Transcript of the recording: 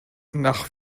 nach